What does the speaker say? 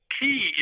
key